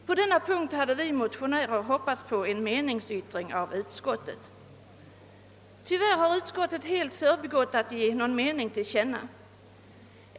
På den punkten hade vi motionärer hoppats på en meningsyttring av utskottet, men tyvärr har utskottet helt underlåtit att ge någon mening till känna.